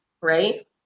right